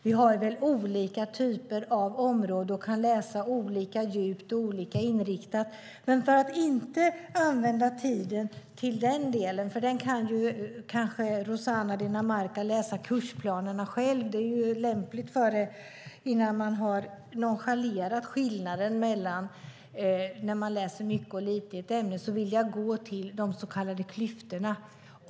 Vi har väl olika typer av områden och kan läsa olika djupt och olika inriktat. Rossana Dinamarca kanske kan läsa kursplanerna själv. Det är ju lämpligt när man har nonchalerat skillnaden mellan att läsa mycket eller lite i ett ämne. Jag ska inte använda tiden till detta, utan jag vill gå till de så kallade klyftorna.